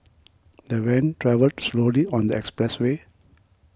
the van travelled slowly on the expressway